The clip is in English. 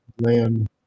land